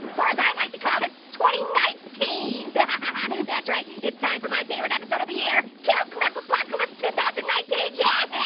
or as i like to call it, twenty knifeteen! yeah ah that's right, it's time for my favorite episode of the year, killclip apocolypse two thousand and yeah